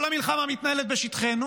כל המלחמה מתנהלת בשטחנו.